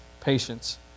patience